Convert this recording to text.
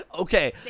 Okay